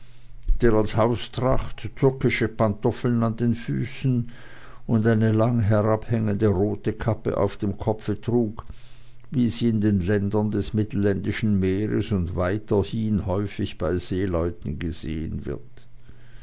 als haustracht türkische pantoffeln an den füßen und eine lang herabhängende rote kappe auf dem kopfe trug wie sie in den ländern des mittelländischen meeres und weiterhin häufig bei seeleuten gesehen wird